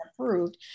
approved